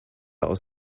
aus